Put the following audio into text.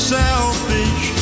selfish